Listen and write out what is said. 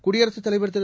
குடியரசுத் தலைவர் திரு